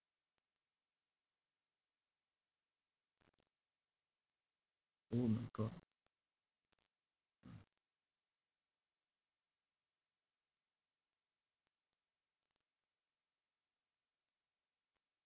oh my god